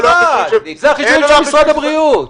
אלה לא החישובים של משרד הבריאות.